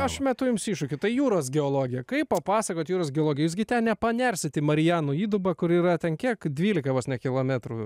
aš metu jums iššūkį tai jūros geologija kaip papasakoti jūros geologiją jūs gi ten nepanersit į marijanų įdubą kur yra ten kiek dvylika vos ne kilometrų